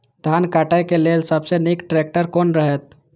धान काटय के लेल सबसे नीक ट्रैक्टर कोन रहैत?